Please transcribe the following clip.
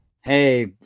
hey